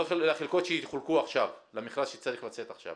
החלקות שיחולקו עכשיו, למכרז שצריך לצאת עכשיו.